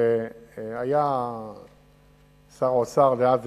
שר האוצר יגאל הורביץ,